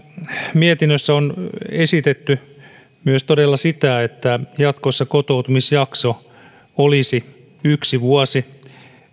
mietinnössä on todella esitetty myös sitä että jatkossa kotoutumisjakso olisi yksi vuosi